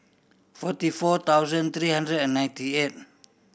forty four thousand three hundred and ninety eight